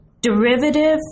derivative